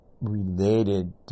related